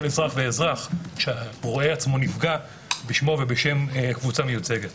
אזרח ואזרח שרואה עצמו נפגע בשמו ובשם קבוצה מיוצגת.